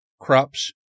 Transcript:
crops